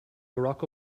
barack